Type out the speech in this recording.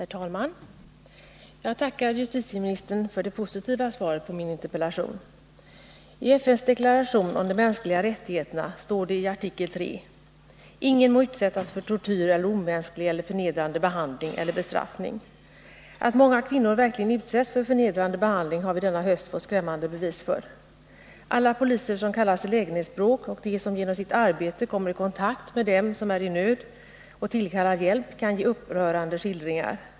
Herr talman! Jag tackar justitieministern för det positiva svaret på min interpellation. I FN:s deklaration om de mänskliga rättigheterna står det i artikel 3: ”Ingen må utsättas för tortyr eller omänsklig eller förnedrande behandling eller bestraffning.” Att många kvinnor verkligen utsätts för förnedrande behandling har vi denna höst fått skrämmande bevis för. Alla poliser som kallas till lägenhetsbråk och de som genom sitt arbete kommer i kontakt med dem som är i nöd och tillkallar hjälp kan ge upprörande skildringar.